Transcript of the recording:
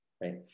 right